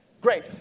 Great